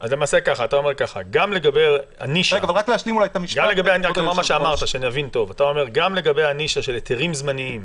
אתה אומר שגם לגבי הנישה של היתרים זמניים